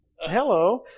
Hello